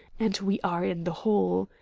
and we are in the hall.